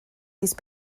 these